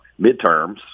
midterms